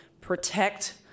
protect